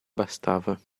bastava